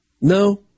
No